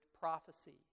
prophecy